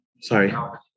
Sorry